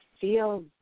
feel